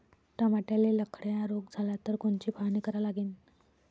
टमाट्याले लखड्या रोग झाला तर कोनची फवारणी करा लागीन?